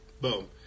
Boom